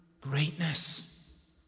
greatness